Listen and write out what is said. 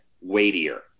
weightier